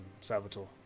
Salvatore